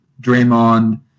Draymond